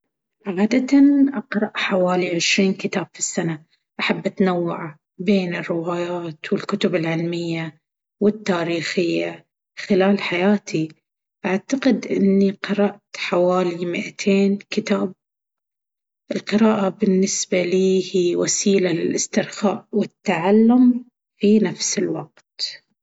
عادةً، أقرأ حوالي عشرين كتاب في السنة. أحب أتنوع بين الروايات والكتب العلمية والتاريخية. خلال حياتي، أعتقد إني قرأت حوالي مئتين كتاب. القراءة بالنسبة لي هي وسيلة للاسترخاء والتعلم في نفس الوقت.